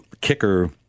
kicker